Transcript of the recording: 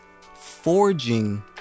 forging